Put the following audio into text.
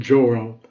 Joel